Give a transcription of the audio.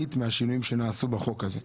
ממעיט מהשינויים שנעשו בחוק הזה.